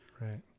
right